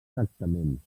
tractament